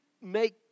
make